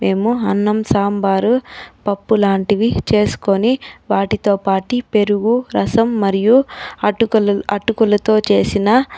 అన్నం సాంబారు పప్పు లాంటివి చేసుకొని వాటితోపాటు పెరుగు రసం మరియు అటుకలి అటుకులతో చేసిన